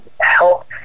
help